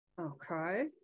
Okay